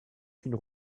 qu’une